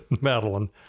Madeline